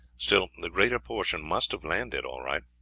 still the greater portion must have landed all right.